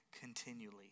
continually